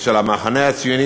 של המחנה הציוני,